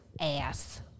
ass